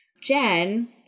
Jen